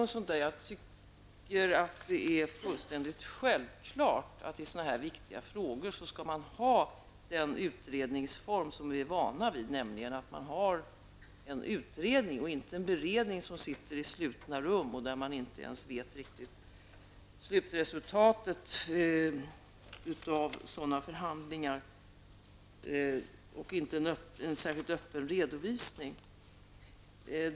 Jag tycker att det är fullständigt självklart att man i sådana här viktiga frågor skall ha den utredningsform som vi är vana vid, nämligen att man har en utredning och inte en beredning som sitter i slutna rum, då vi inte ens vet riktigt vad slutresultatet är av sådana förhandlingar, och inte får en särskilt öppen redovisning.